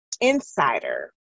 insider